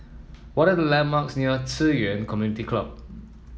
what are the landmarks near Ci Yuan Community Club